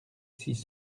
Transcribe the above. six